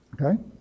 Okay